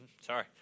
sorry